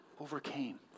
overcame